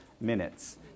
minutes